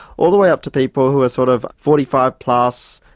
all the way up to people who are sort of forty five plus,